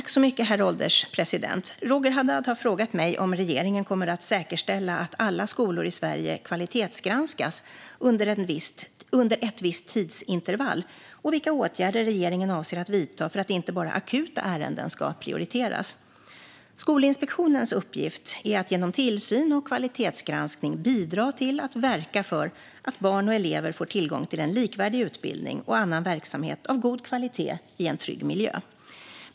Herr ålderspresident! Roger Haddad har frågat mig om regeringen kommer att säkerställa att alla skolor i Sverige kvalitetsgranskas under ett visst tidsintervall och vilka åtgärder regeringen avser att vidta för att inte bara akuta ärenden ska prioriteras. Skolinspektionens uppgift är att genom tillsyn och kvalitetsgranskning bidra till att verka för att barn och elever får tillgång till en likvärdig utbildning och annan verksamhet av god kvalitet i en trygg miljö.